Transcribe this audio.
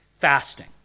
fasting